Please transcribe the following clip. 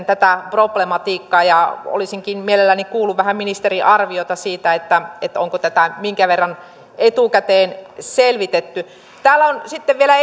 tätä problematiikkaa olisinkin mielelläni kuullut vähän ministerin arviota siitä että onko tätä minkä verran etukäteen selvitetty täällä on sitten vielä